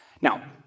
Now